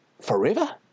forever